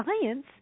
science